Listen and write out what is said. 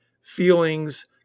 feelings